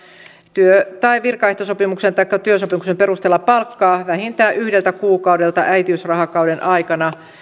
työ tai virkaehtosopimuksen taikka työsopimuksen perusteella palkkaa vähintään yhdeltä kuukaudelta äitiysrahakauden aikana